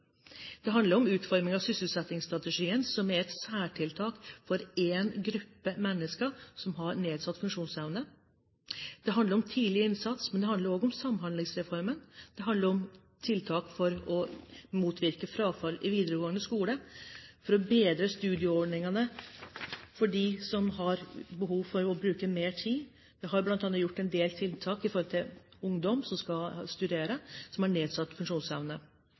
Det handler om utforming av sysselsettingsstrategien, som er et særtiltak for én gruppe mennesker som har nedsatt funksjonsevne. Det handler om tidlig innsats, men det handler også om Samhandlingsreformen. Det handler om tiltak for å motvirke frafall i videregående skole, for å bedre studieordningene for dem som har behov for å bruke mer tid. Det har bl.a. blitt gjort en del tiltak i forhold til ungdom med nedsatt funksjonsevne som skal studere.